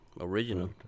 Original